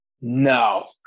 No